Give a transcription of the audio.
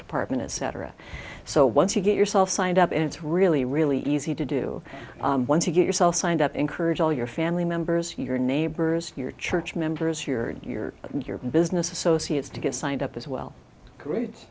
department etc so once you get yourself signed up it's really really easy to do once you get yourself signed up encourage all your family members your neighbors your church members your your and your business associates to get signed up as well gr